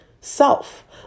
self